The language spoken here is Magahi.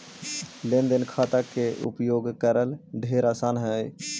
लेन देन खाता के उपयोग करल ढेर आसान हई